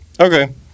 okay